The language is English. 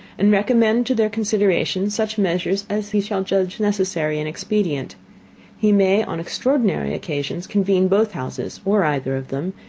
and recommend to their consideration such measures as he shall judge necessary and expedient he may, on extraordinary occasions, convene both houses, or either of them,